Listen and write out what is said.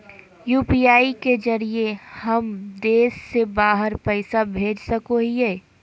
UPI के जरिए का हम देश से बाहर पैसा भेज सको हियय?